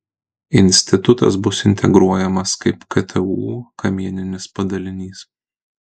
institutas bus integruojamas kaip ktu kamieninis padalinys